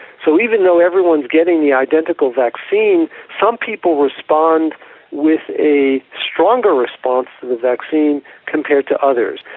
so even though everyone's getting the identical vaccine, some people respond with a stronger response to the vaccine compared to others.